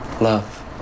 Love